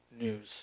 news